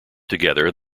together